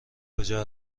کجا